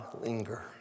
linger